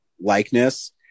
likeness